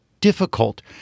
difficult